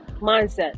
mindset